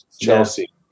Chelsea